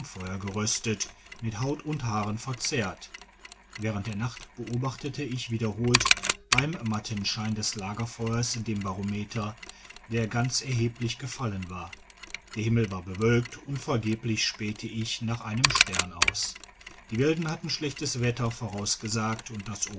geröstet mit haut und haaren verzehrt während der nacht beobachtete ich wiederholt beim matten schein des lagerfeuers den barometer der ganz erheblich gefallen war der himmel war bewölkt und vergeblich spähte ich nach einem stern aus die wilden hatten schlechtes wetter vorausgesagt und das